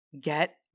Get